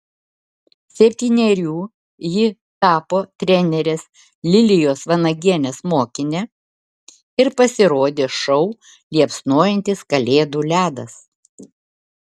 septynerių ji tapo trenerės lilijos vanagienės mokine ir pasirodė šou liepsnojantis kalėdų ledas